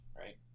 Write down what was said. right